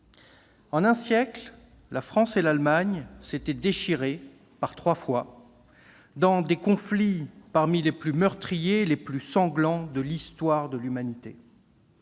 En un siècle, la France et l'Allemagne s'étaient déchirées par trois fois dans des conflits parmi les plus meurtriers et les plus sanglants de l'histoire de l'humanité.